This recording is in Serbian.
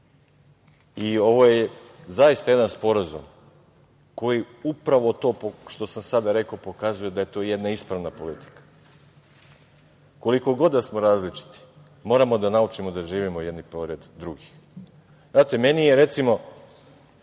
narod. Ovo je zaista jedan sporazum koji upravo to, što sam sada, rekao pokazuje da je to jedna ispravna politika. Koliko god da smo različiti moramo da naučimo da živimo jedni pored drugih. Znate, meni je recimo,